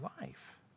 life